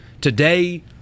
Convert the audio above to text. today